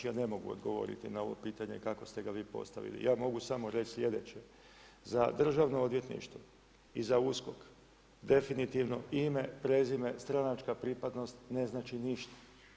Ja ne mogu odgovoriti na ovo pitanje kako ste ga vi postavili, ja mogu samo reći sljedeće: za državno odvjetništvo i za USKOK definitivno ime, prezime, stranačka pripadnost ne znači ništa.